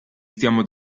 stiamo